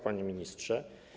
Panie Ministrze!